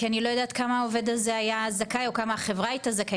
כי אני לא יודעת כמה העובד הזה היה זכאי או כמה החברה הייתה זכאית.